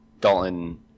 Dalton